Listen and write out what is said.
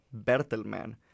Bertelmann